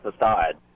aside